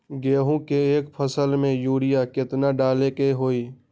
गेंहू के एक फसल में यूरिया केतना डाले के होई?